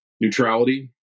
neutrality